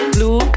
Blue